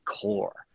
core